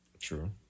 True